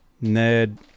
Ned